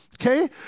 Okay